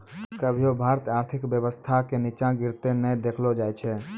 कभियो भारतीय आर्थिक व्यवस्था के नींचा गिरते नै देखलो जाय छै